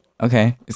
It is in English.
Okay